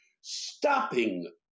Stopping